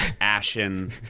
ashen